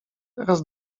teraz